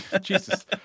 Jesus